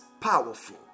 powerful